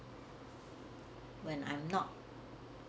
when I'm not